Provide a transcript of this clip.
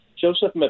Joseph